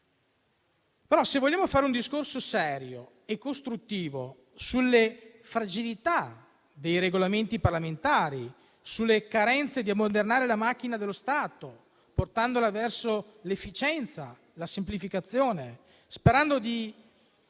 bene. Se vogliamo fare un discorso serio e costruttivo sulle fragilità dei Regolamenti parlamentari, sulle carenze nell'ammodernare la macchina dello Stato portandola verso l'efficienza e la semplificazione, superando il